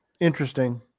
Interesting